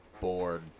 bored